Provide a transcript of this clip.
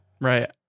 Right